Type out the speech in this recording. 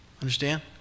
Understand